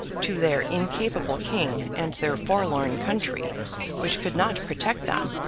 to their incapable king and their forlorn country which could not protect them,